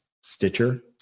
Stitcher